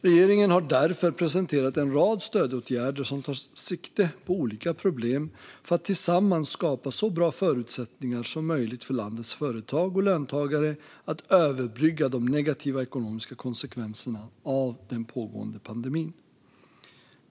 Regeringen har därför presenterat en rad stödåtgärder som tar sikte på olika problem för att tillsammans skapa så bra förutsättningar som möjligt för landets företag och löntagare att överbrygga de negativa ekonomiska konsekvenserna av den pågående pandemin.